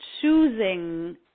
choosing